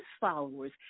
followers